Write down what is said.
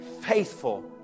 faithful